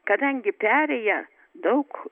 kadangi perėja daug